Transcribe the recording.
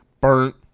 burnt